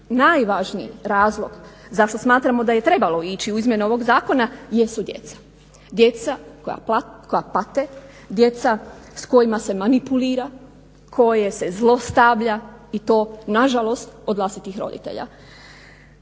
najvažniji razlog zašto smatramo da je trebalo ići u izmjene ovog zakona jesu djeca, djeca koja pate, djeca s kojima se manipulira, koje se zlostavlja i to na žalost od vlastitih roditelja.